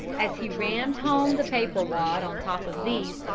as he rammed home the paper wad on top of these,